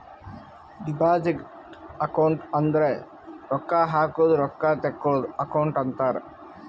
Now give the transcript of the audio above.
deposit account ಅಂದುರ್ ರೊಕ್ಕಾ ಹಾಕದ್ ರೊಕ್ಕಾ ತೇಕ್ಕೋಳದ್ ಅಕೌಂಟ್ ಅಂತಾರ್